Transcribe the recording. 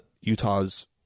Utah's